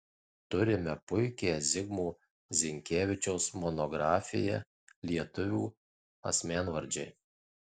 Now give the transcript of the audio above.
turime puikią zigmo zinkevičiaus monografiją lietuvių asmenvardžiai